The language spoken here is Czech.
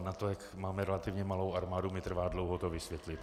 Na to, jak máme relativně malou armádu, mi trvá dlouho to vysvětlit.